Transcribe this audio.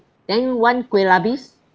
then one kuih lapis